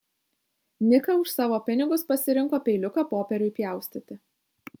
nika už savo pinigus pasirinko peiliuką popieriui pjaustyti